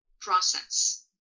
process